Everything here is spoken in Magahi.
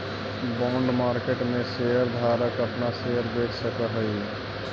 बॉन्ड मार्केट में शेयर धारक अपना शेयर बेच सकऽ हई